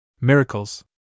Miracles